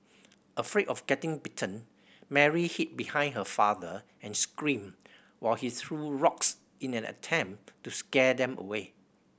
afraid of getting bitten Mary hid behind her father and screamed while he threw rocks in an attempt to scare them away